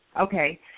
Okay